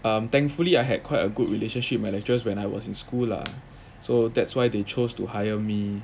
um thankfully I had quite a good relationship with my lecturers when I was in school lah so that's why they chose to hire me